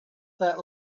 that